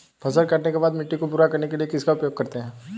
फसल काटने के बाद मिट्टी को पूरा करने के लिए किसका उपयोग करते हैं?